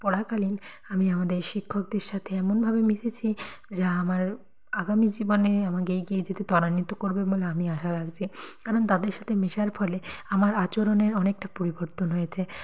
পড়াকালীন আমি আমাদের শিক্ষকদের সাথে এমনভাবে মিশেছি যা আমার আগামী জীবনে আমাকে এগিয়ে যেতে ত্বরান্বিত করবে বলে আমি আশা রাখছি কারণ তাদের সাথে মেশার ফলে আমার আচরণের অনেকটা পরিবর্তন হয়েছে